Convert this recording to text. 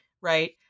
right